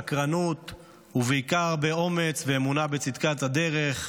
סקרנות ובעיקר הרבה אומץ ואמונה בצדקת הדרך,